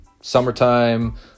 summertime